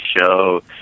show